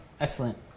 excellent